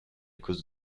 cause